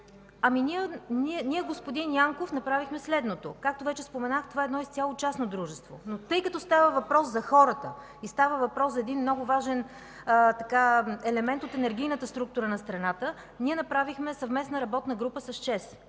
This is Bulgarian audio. Ние, господин Янков, направихме следното. Както споменах, това е изцяло частно дружество. Но тъй като става въпрос за хората и за много важен елемент от енергийната структура на страната, ние направихме съвместна работна група с ЧЕЗ.